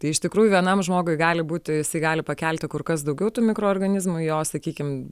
tai iš tikrųjų vienam žmogui gali būti jisai gali pakelti kur kas daugiau tų mikroorganizmų jo sakykim